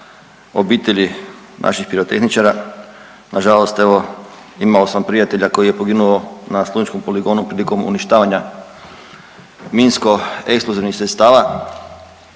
obitelji naših pirotehničara. Nažalost evo imao sam prijatelja koji je poginu na slunjskom poligonu prilikom uništavanja minsko eksplozivnih sredstava.